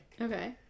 Okay